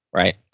right?